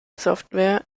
software